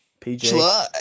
PJ